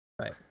Right